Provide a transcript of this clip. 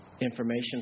information